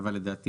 הערות למישהו?